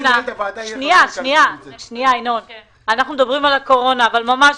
אבל ממש